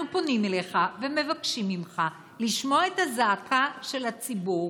אנחנו פונים אליך ומבקשים ממך לשמוע את הזעקה של הציבור,